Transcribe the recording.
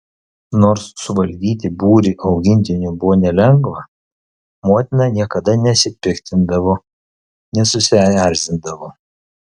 nors suvaldyti būrį augintinių buvo nelengva motina niekada nesipiktindavo nesusierzindavo